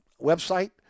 website